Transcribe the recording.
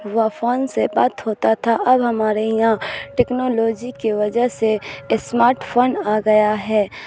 وہ فون سے بات ہوتا تھا اب ہمارے یہاں ٹیکنالوجی کی وجہ سے اسمارٹ فون آ گیا ہے